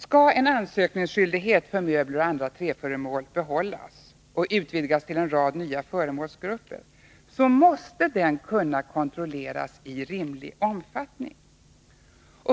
Skall en ansökningsskyldighet för möbler och andra träföremål behållas och utvidgas till en rad nya föremålsgrupper, måste den kunna kontrolleras i rimlig omfattning.